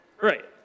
right